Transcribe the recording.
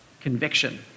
Conviction